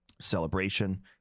Celebration